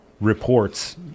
reports